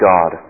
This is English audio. God